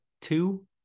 two